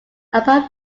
upon